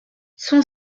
son